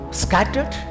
scattered